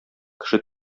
кеше